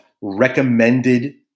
recommended